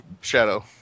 Shadow